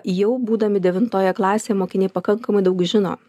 jau būdami devintoje klasėje mokiniai pakankamai daug žino